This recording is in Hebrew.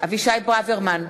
אבישי ברוורמן,